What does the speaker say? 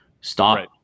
Stop